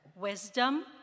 wisdom